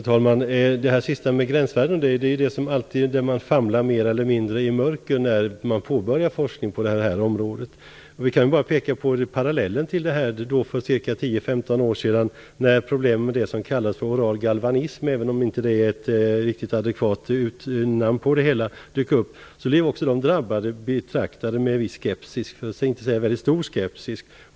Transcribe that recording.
Fru talman! Man famlar alltid mer eller mindre i mörker när man påbörjar forskning om gränsvärden. Jag kan bara peka på en parallell. För 10-15 år sedan började problemen med oral galvanism - även om det inte är ett adekvat uttryck - att dyka upp. De drabbade blev betraktade med en viss, för att inte säga mycket stor, skepsis.